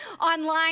online